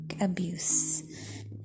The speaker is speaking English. abuse